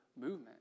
movement